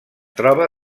troba